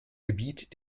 gebiet